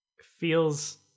Feels